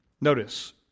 Notice